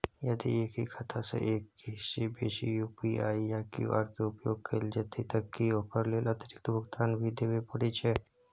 यदि एक ही खाता सं एक से बेसी यु.पी.आई या क्यू.आर के उपयोग कैल जेतै त की ओकर लेल अतिरिक्त भुगतान भी देबै परै छै?